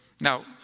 now